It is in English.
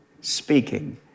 speaking